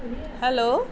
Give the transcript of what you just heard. hello